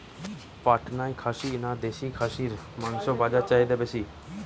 পাটনা খাসি না দেশী খাসির মাংস বাজারে চাহিদা বেশি?